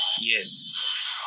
Yes